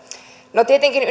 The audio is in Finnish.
no tietenkin